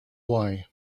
why